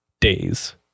days